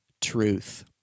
truth